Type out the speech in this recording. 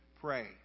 pray